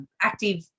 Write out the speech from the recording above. active